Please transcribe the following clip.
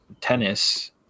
tennis